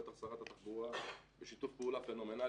בטח שרת התחבורה בשיתוף פעולה פנומנלי.